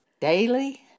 daily